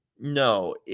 No